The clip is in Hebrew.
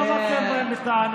אז למה אתם באים בטענות?